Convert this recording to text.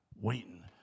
waiting